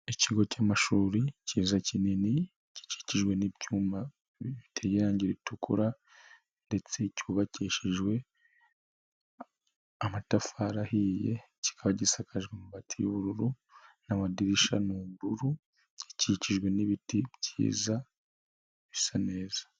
Ikigo cy'amashuri kiza ,kinini, gikikijwe n'ibyuma biteye irangi ritukura ndetse cyubakishijwe amatafari ahiye, kikaba gisakajwe amabati y'ubururu n'amadirisha ni ubururu gikikijwe n'ibiti byiza bisa neza.